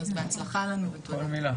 אז בהצלחה לנו, ותודה.